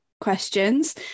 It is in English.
questions